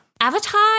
Avatar